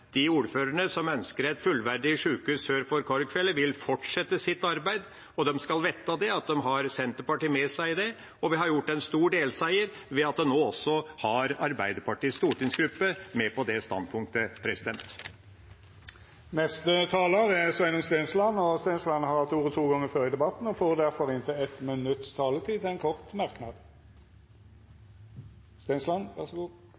de ordførerne som ønsker et fullverdig sykehus sør for Korgfjellet, vil fortsette sitt arbeid, og de skal vite at de har Senterpartiet med seg i det. Vi har gjort en stor delseier ved at en nå også har Arbeiderpartiets stortingsgruppe med på det standpunktet. Sveinung Stensland har hatt ordet to gonger tidlegare og får ordet til ein kort merknad, avgrensa til